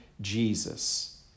Jesus